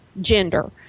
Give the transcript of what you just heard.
gender